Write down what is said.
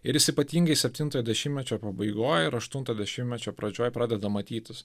ir jis ypatingai septintojo dešimtmečio pabaigoj ir aštunto dešimtmečio pradžioj pradeda matytis